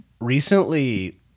recently